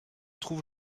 trouve